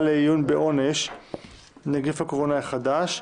לעיון בעונש (הוראת שעה נגיף הקורונה החדש),